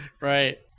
Right